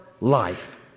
life